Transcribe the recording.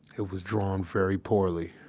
it was drawn very poorly.